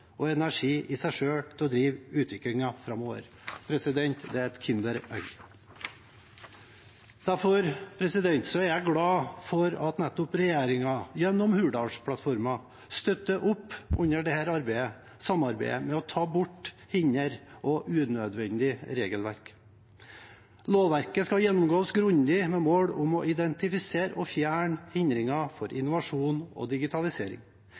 og energi til å drive utviklingen framover. Det er et kinderegg. Derfor er jeg glad for at nettopp regjeringen, gjennom Hurdalsplattformen, støtter opp under dette samarbeidet ved å ta bort hindre og unødvendig regelverk. Lovverket skal gjennomgås grundig med mål om å identifisere og fjerne hindringer for innovasjon og digitalisering.